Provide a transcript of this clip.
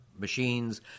machines